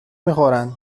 میخورن